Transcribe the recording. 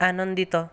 ଆନନ୍ଦିତ